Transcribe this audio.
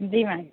جی madam